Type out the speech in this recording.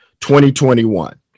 2021